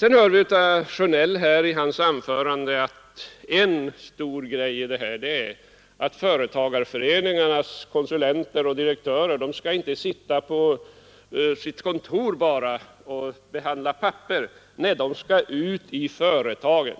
Vi hörde av herr Sjönells anförande att en stor grej är att företagarföreningarnas konsulenter och direktörer inte bara skall sitta på sina kontor och behandla papper; nej, de skall ut i företagen.